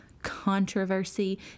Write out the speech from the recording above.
controversy